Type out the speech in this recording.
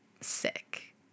sick